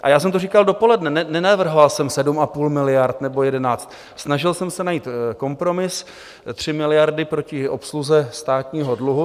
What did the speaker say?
A já jsem to říkal dopoledne nenavrhoval jsem 7,5 miliard nebo 11, snažil jsem se najít kompromis 3 miliardy proti obsluze státního dluhu.